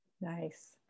nice